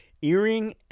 Earring